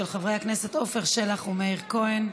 של חברי הכנסת עפר שלח ומאיר כהן.